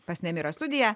pas nemirą studiją